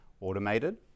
automated